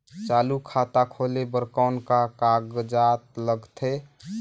चालू खाता खोले बर कौन का कागजात लगथे?